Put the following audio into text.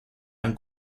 han